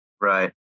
right